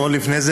או לפני זה,